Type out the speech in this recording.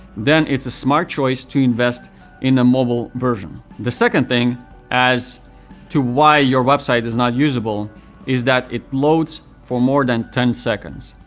then it's a smart choice to invest in a mobile version. the second thing as to why your website is not usable is that it loads for more than ten seconds.